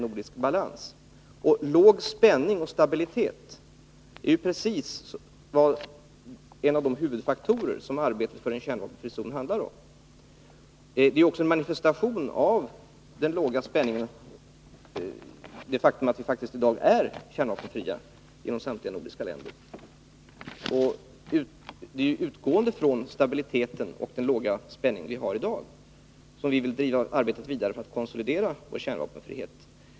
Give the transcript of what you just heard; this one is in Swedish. Och låg spänning och stabilitet är en av de huvudfaktorer som arbetet för en kärnvapenfri zon handlar om. Det faktum att samtliga nordiska länder i dag faktiskt är kärnvapenfria är också en manifestation av den låga spänningen. Det är utgående från stabiliteten och den låga spänning som vi har i dag som vi vill driva arbetet vidare för att konsolidera vår kärnvapenfrihet.